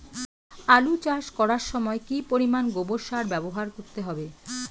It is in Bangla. আলু চাষ করার সময় কি পরিমাণ গোবর সার ব্যবহার করতে হবে?